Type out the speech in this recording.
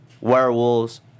werewolves